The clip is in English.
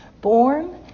born